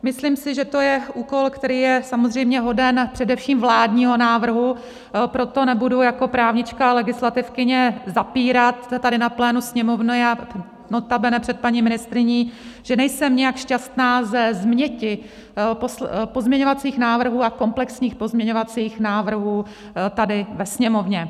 Myslím si, že to je úkol, který je samozřejmě hoden především vládního návrhu, proto nebudu jako právnička a legislativkyně zapírat tady na plénu Sněmovny a notabene před paní ministryní, že nejsem nijak šťastná ze změti pozměňovacích návrhů a komplexních pozměňovacích návrhů tady ve Sněmovně.